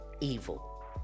evil